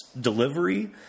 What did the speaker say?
delivery